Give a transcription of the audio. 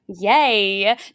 Yay